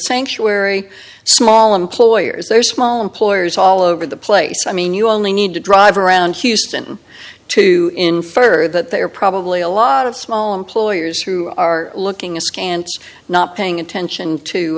sanctuary small employers or small employers all over the place i mean you only need to drive around houston to infer that they are probably a lot of small employers who are looking askance not paying attention to